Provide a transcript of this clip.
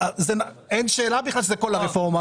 אין שאלה בכלל שזו כל הרפורמה,